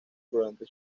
durante